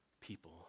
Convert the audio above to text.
people